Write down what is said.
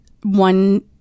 one